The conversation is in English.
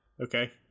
Okay